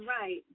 Right